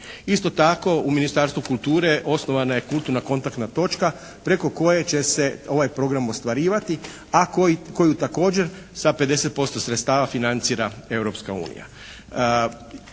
Isto tako u Ministarstvu kulture osnovana je kulturna kontaktna točka preko koje će se ovaj program ostvarivati, a koju također sa 50% sredstava financira